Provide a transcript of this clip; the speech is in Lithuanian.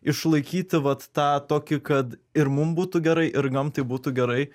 išlaikyti vat tą tokį kad ir mum būtų gerai ir gamtai būtų gerai